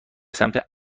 سمت